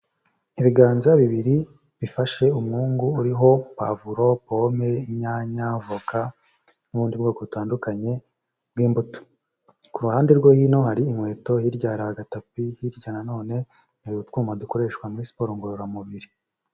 Ibiganza bibiri bifashe umwungu uriho: puwavuro, pome, inyanya, voka n'ubundi bwoko butandukanye bw'imbuto; ku ruhande rwo hino hari inkweto, hirya hari agatapi, hirya nanone hari utwuma dukoreshwa muri siporo ngororamubiri.